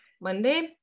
Monday